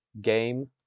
game